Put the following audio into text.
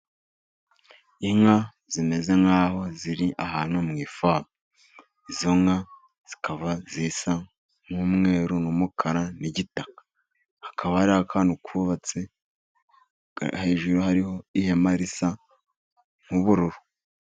Inka zimeze nk'aho ziri ahantu mu ifamu. Izo nka zikaba zisa nk'umweruru n'umukara, n'igitaka. Hakaba hariho akantu kubatse, hejuru hariho ihema risa nk'ubururu.